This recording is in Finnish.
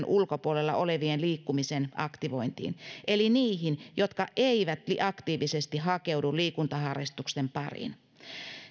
ulkopuolella olevien liikkumisen aktivointiin eli niihin jotka eivät aktiivisesti hakeudu liikuntaharrastusten pariin